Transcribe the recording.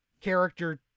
character